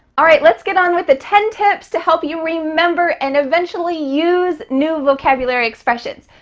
all right, let's get on with the ten tips to help you remember and eventually use new vocabulary expressions.